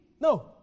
No